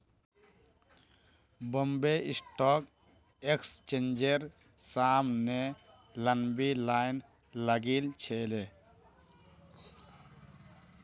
Bombay stock एक्सचेंजेर सामने लंबी लाइन लागिल छिले